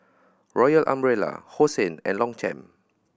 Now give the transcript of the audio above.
Royal Umbrella Hosen and Longchamp